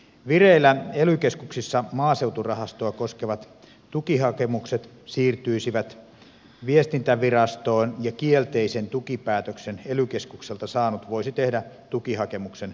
vireillä ely keskuksissa olevat maaseuturahastoa koskevat tukihakemukset siirtyisivät viestintävirastoon ja kielteisen tukipäätöksen ely keskukselta saanut voisi tehdä tukihakemuksen viestintävirastolle